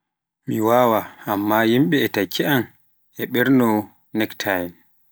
Mi wawaa amma yimɓe ɓe takki an e ɓorno Necktie.